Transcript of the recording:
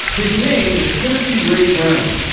his name is timothy ray brown,